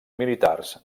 militars